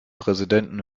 präsidenten